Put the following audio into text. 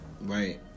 right